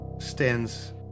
Stands